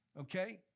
okay